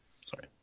sorry